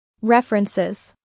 References